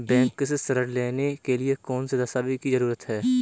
Bank से ऋण लेने के लिए कौन से दस्तावेज की जरूरत है?